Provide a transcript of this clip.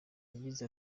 yagize